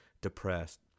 depressed